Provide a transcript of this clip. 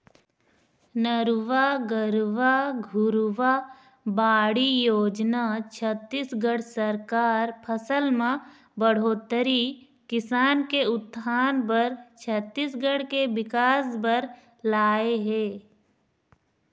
नरूवा, गरूवा, घुरूवा, बाड़ी योजना छत्तीसगढ़ सरकार फसल म बड़होत्तरी, किसान के उत्थान बर, छत्तीसगढ़ के बिकास बर लाए हे